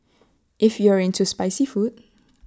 if you are into spicy food